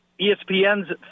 ESPN's